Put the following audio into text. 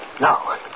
Now